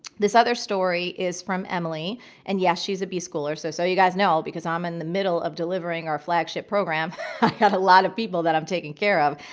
this other story is from emily and, yes, she's a b-schooler. so, so you guys know because i'm um in the middle of delivering our flagship program, i got a lot of people that i'm taking care of.